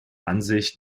ansicht